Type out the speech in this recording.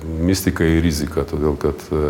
mistika ir rizika todėl kad